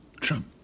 Trump